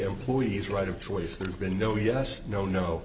employees right of choice there's been no yes no no